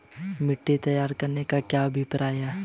मिट्टी तैयार करने से क्या अभिप्राय है?